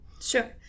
Sure